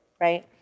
right